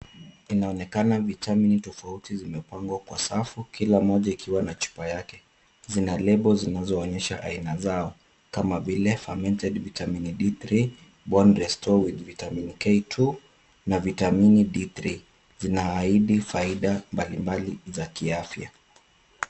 Inaonekana vitamini tofauti zimepangwa kwa safu, kila moja ikiwa na chupa yake. Zina lebo zinazoenyesha aina zao. Kama vile fermented vitamin D3,bone restore with vitamin K2 na vitamini D3 .Zinaahidi faida mbalimbali za kiafya.